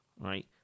right